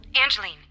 Angeline